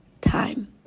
time